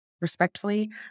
respectfully